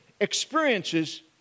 experiences